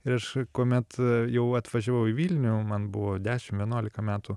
ir aš kuomet jau atvažiavau į vilnių man buvo dešim vienuolika metų